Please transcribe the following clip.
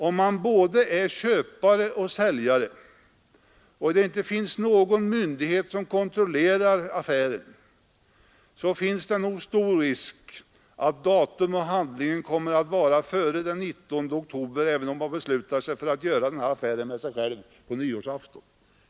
Om man är både köpare och säljare och det inte finns någon myndighet som kontrollerar affären, så är jag ganska övertygad om, att handlingen kommer att vara daterad före den 19 oktober även om man beslutar sig för att göra den här affären med sig själv på nyårsafton.